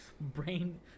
Brain